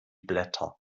blätter